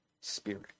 spirit